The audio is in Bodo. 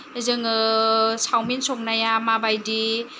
जोङो सावमिन संनाया माबायदि